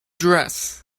dress